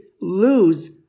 lose